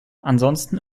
ansonsten